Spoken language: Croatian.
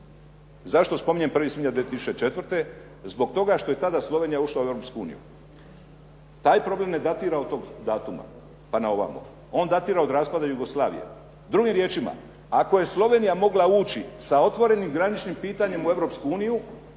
Zašto spominjem 1. svibnja 2004.? Zbog toga što je tada Slovenija ušla u Europsku uniju. Taj problem ne datira od tog datuma pa na ovamo, on datira od raspada Jugoslavije. Drugim riječima, ako je Slovenija mogla ući sa otvorenim graničnim pitanjem u